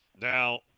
Now –